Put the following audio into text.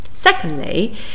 Secondly